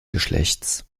geschlechts